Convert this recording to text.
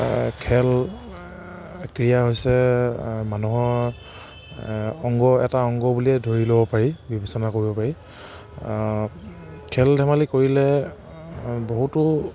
খেল ক্ৰীড়া হৈছে মানুহৰ অংগ এটা অংগ বুলিয়েই ধৰি ল'ব পাৰি বিবেচনা কৰিব পাৰি খেল ধেমালি কৰিলে বহুতো